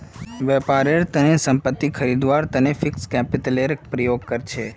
व्यापारेर तने संपत्ति खरीदवार तने फिक्स्ड कैपितलेर प्रयोग कर छेक